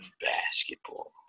basketball